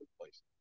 place